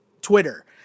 Twitter